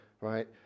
right